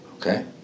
okay